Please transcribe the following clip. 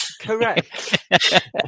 Correct